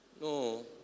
no